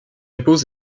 épouse